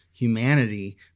humanity